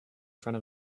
front